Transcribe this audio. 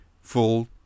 full